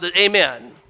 amen